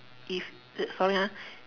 if sorry ah